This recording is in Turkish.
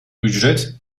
ücret